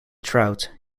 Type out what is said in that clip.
trout